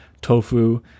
tofu